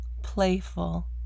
playful